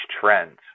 trends